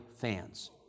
fans